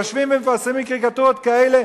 יושבים ומפרסמים קריקטורות כאלה,